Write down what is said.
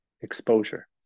exposure